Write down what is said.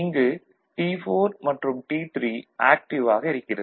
இங்கு T4 மற்றும் T3 active ஆக இருக்கிறது